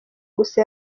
gusa